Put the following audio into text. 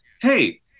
hey